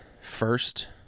first